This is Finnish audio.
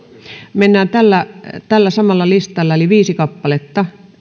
mennään tällä tällä samalla listalla eli nämä viisi kappaletta